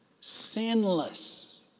Sinless